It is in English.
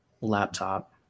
laptop